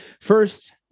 First